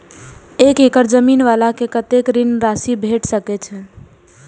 एक एकड़ जमीन वाला के कतेक ऋण राशि भेट सकै छै?